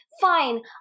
fine